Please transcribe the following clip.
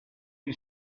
you